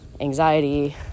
anxiety